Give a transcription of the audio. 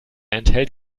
enthält